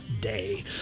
Day